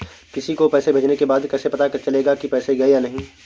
किसी को पैसे भेजने के बाद कैसे पता चलेगा कि पैसे गए या नहीं?